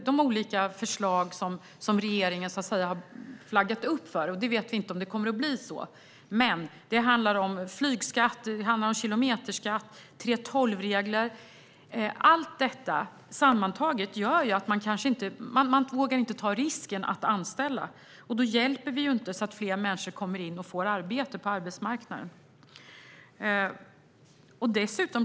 De olika förslag som regeringen har flaggat för - vi vet inte om de kommer att bli av - om flygskatt, kilometerskatt och 3:12-regler gör sammantaget att man inte vågar ta risken att anställa, och då hjälper vi inte till så att fler människor kommer in på arbetsmarknaden och får arbete.